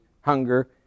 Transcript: hunger